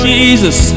Jesus